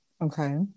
Okay